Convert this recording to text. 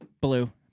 blue